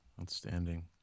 Outstanding